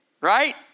Right